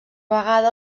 vegada